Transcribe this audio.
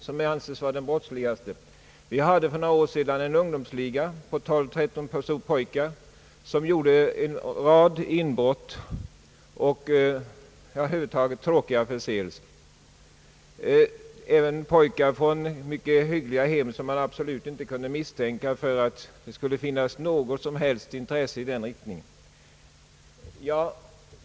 Där fanns för några år sedan en ungdomsliga på 12— 13 pojkar som gjorde en rad inbrott och över huvud taget gjorde sig skyldiga till en mängd tråkiga förseelser. Det gällde även här pojkar som kom från mycket hyggliga hem och som man absolut inte kunde misstänka för att ha något intresse i den riktningen.